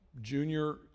junior